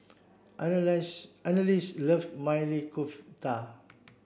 Annalise love Maili Kofta